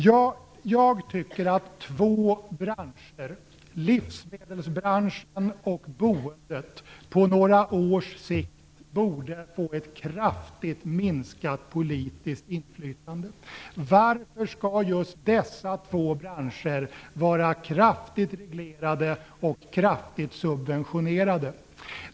Jag tycker att två branscher, livsmedelsbranschen och boendet, på några års sikt borde få ett kraftigt minskat politiskt inflytande. Varför skall just dessa två branscher vara kraftigt reglerade och kraftigt subventionerade?